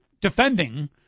defending